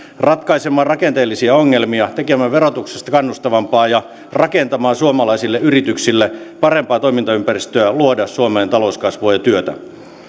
ratkaisemaan rakenteellisia ongelmia tekemään verotuksesta kannustavampaa ja rakentamaan suomalaisille yrityksille parempaa toimintaympäristöä luoda suomeen talouskasvua ja työtä